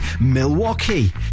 Milwaukee